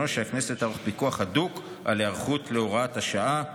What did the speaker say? שהכנסת תערוך פיקוח הדוק על ההיערכות להוראת השעה.